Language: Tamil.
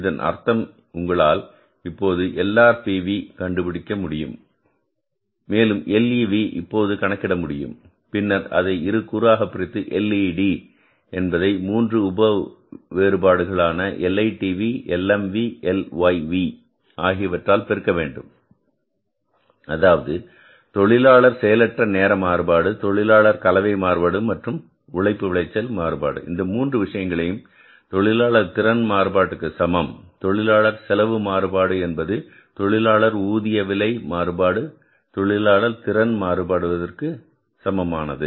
இதன் அர்த்தம் உங்களால் இப்போது LRPV கண்டுபிடிக்க முடியும் மேலும் LEV இப்போது கணக்கிட முடியும் பின்னர் அதை இரு கூறாகப் பிரித்து LED என்பதை 3 உப வேறுபாடுகள் ஆன LITV LMV LYV ஆகியவற்றால் பெருக்க வேண்டும் அதாவது தொழிலாளர் செயலற்ற நேர மாறுபாடு தொழிலாளர் கலவை மாறுபாடு மற்றும் உழைப்பு விளைச்சல் மாறுபாடு இந்த மூன்று விஷயங்களும் தொழிலாளர் திறன் மாறுபாட்டுக்கு சமம் தொழிலாளர் செலவு மாறுபாடு என்பது தொழிலாளர் ஊதிய விலை மாறுபாடு தொழிலாளர் திறன் மாறுவதற்கு மாறு பாட்டிற்கு சமமானது